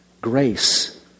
Grace